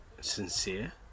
sincere